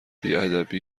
بیادبی